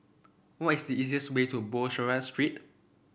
what is the easiest way to Bussorah Street